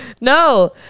No